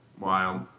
wild